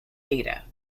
data